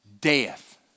death